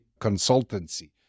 consultancy